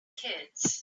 kids